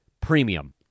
Premium